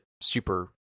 super